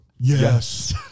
Yes